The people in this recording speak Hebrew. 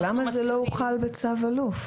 אבל למה זה לא הוחל בצו אלוף?